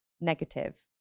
negative